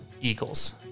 Eagles